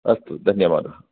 अस्तु धन्यवादः